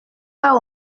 pas